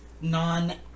non-